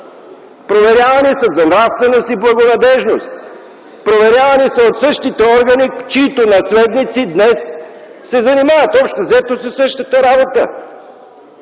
ноември за нравственост и благонадеждност. Проверявани са от същите органи, чиито наследници днес се занимават общо взето със същата работа.